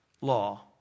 law